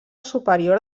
superior